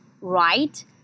right